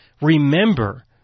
remember